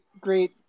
great